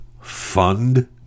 Fund